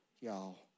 y'all